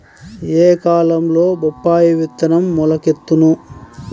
ఏ కాలంలో బొప్పాయి విత్తనం మొలకెత్తును?